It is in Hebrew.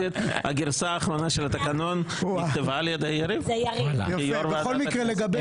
הגרסה האחרונה של התקנון נכתבה על ידי יריב כיו"ר ועדת הכנסת.